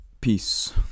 Peace